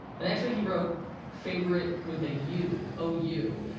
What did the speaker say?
and actually, he wrote favorite with a u, o u.